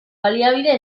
baliabide